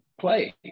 play